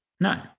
No